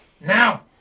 Now